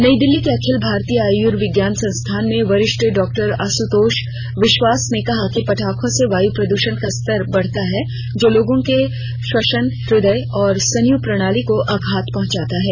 नई दिल्ली के अखिल भारतीय आयुर्वेद संस्थान में वरिष्ठ डॉक्टर आशुतोष विस्वास ने कहा है कि पटाखों से वायु प्रदूषण का स्तर बढ़ता है जो लोगों के श्वसन इदय और स्नायु प्रणाली को आघात पहुंचाता है